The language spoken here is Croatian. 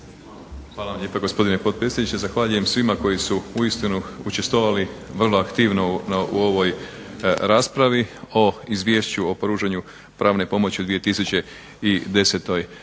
Hvala vam lijepa gospodine potpredsjedniče. Zahvaljujem svima koji su uistinu učestvovali vrlo aktivno u ovoj raspravi o izvješću o pružanju pravne pomoći u 2010. godini